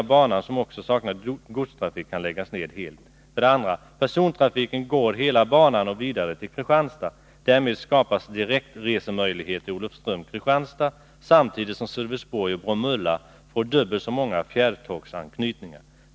Persontrafiken går hela banan och vidare till Kristianstad. Därmed skapas direktresemöjligheter Olofström-Kristianstad samtidigt som Sölvesborg och Bromölla får dubbelt så många fjärrtågsanknytningar.